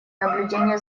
наблюдения